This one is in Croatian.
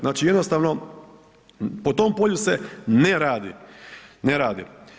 Znači jednostavno po tom polju se ne radi.